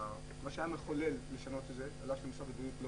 מה שיכול היה לשנות את זה על אף שבמשרד הבריאות לא